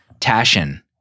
Tashin